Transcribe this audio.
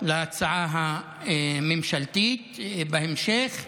להצעה הממשלתית בהמשך.